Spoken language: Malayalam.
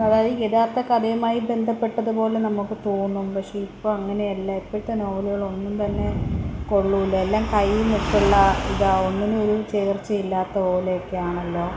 അതായത് യഥാർത്ഥ കഥയുമായി ബന്ധപ്പെട്ടത് പോലെ നമുക്ക് തോന്നും പക്ഷേ ഇപ്പം അങ്ങനെയല്ല ഇപ്പോഴത്തെ നോവലുകൾ ഒന്നും തന്നെ കൊള്ളില്ല എല്ലാം കൈ വിട്ടുള്ള ഇതാണ് ഒന്നിനും ഒരു ചേർച്ചയില്ലാത്ത പോലെയൊക്കെ ആണല്ലോ